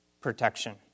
protection